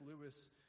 Lewis